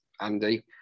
andy